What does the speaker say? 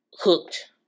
hooked